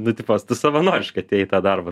nu tipo tu savanoriškai atėjai į tą darbą